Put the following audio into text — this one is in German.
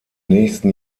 nächsten